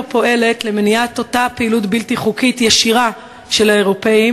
פועלת למניעת אותה פעילות בלתי חוקית ישירה של האירופים